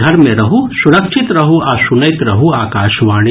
घर मे रहू सुरक्षित रहू आ सुनैत रहू आकाशवाणी